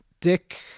Dick